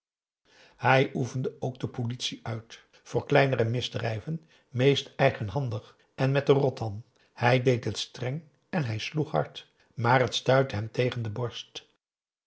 hij oefende ook de politie uit voor kleinere misdrijven meest eigenhandig en met de rotan hij deed het streng en hij sloeg hard maar het stuitte hem tegen de borst